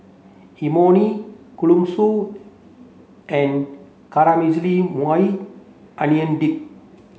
Imoni Kalguksu and Caramelized Maui Onion Dip